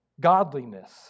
Godliness